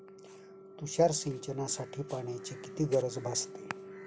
तुषार सिंचनासाठी पाण्याची किती गरज भासते?